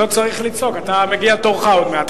לא צריך לצעוק, מגיע תורך עוד מעט.